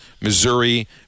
Missouri